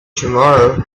tomorrow